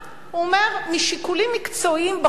הוא אומר: משיקולים מקצועיים בחרתי